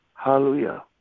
Hallelujah